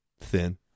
thin